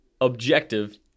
objective